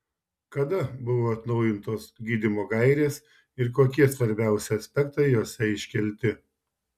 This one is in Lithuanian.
kada buvo atnaujintos gydymo gairės ir kokie svarbiausi aspektai jose iškelti